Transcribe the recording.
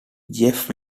jeff